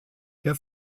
der